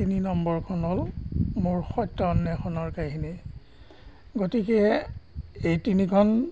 তিনি নম্বৰখন হ'ল মোৰ সত্য অন্বেষণৰ কাহিনী গতিকে এই তিনিখন